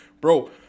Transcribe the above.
bro